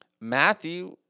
Matthew